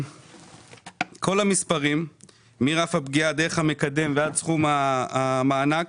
כל המספרים מרף הפגיעה דרך המקדם ועד סכום המענק